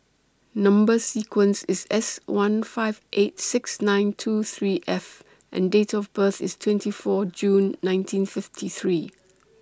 Number sequence IS S one five eight six nine two three F and Date of birth IS twenty four June nineteen fifty three